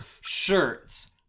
shirts